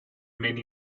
many